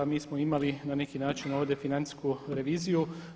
Mi smo imali na neki način ovdje financijsku reviziju.